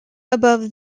above